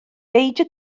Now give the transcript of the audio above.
beidio